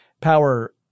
power